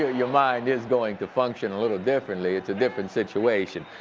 your your mind is going to function a little differently. it's a different situation.